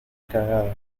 cagado